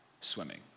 swimming